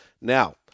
Now